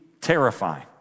terrifying